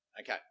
Okay